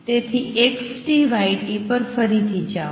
તેથી X Y પર ફરીથી જાઓ